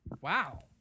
Wow